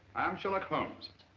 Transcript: i'm sherlock holmes.